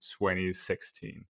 2016